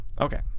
Okay